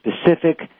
specific